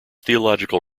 theological